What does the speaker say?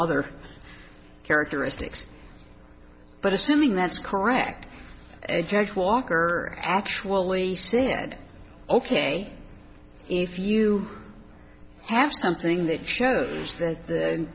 other characteristics but assuming that's correct it varies walker actually said ok if you have something that shows that the